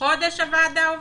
עובדת הוועדה?